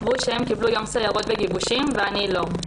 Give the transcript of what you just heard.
והוא שהם קיבלו יום סיירות וגיבושים ואני לא.